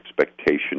expectation